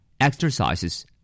Exercises